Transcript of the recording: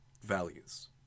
values